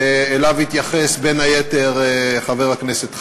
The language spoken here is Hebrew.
שאליו התייחס בין היתר חבר הכנסת חנין,